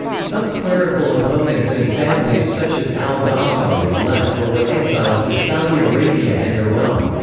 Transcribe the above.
some clerical opponents and families such as al dossari left or were exiled to saudi arabia and iran.